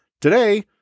Today